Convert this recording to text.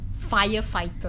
Firefighter